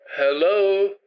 Hello